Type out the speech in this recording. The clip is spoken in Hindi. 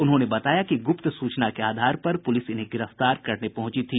उन्होंने बताया कि गुप्त सूचना के आधार पर पुलिस इन्हें गिरफ्तार करने पहुंची